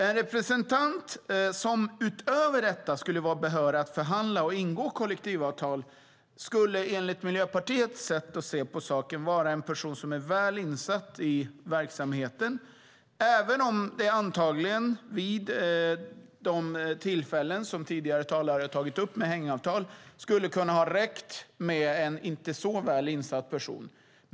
En representant som utöver detta skulle vara behörig att förhandla och ingå kollektivavtal skulle enligt Miljöpartiets sätt att se på saken vara en person som är väl insatt i verksamheten, även om det vid de tillfällen med hängavtal tidigare talare har tagit upp antagligen skulle kunna ha räckt med en inte så väl insatt person.